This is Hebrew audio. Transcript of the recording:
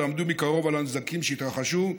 ועמדו מקרוב על הנזקים שהתרחשו,